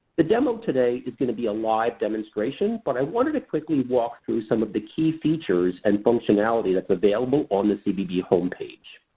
the demo today is going to be a live demonstration, but i wanted to quickly walk through some of the key features and functionalities that's available on the cbb homepage.